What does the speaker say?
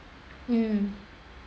mm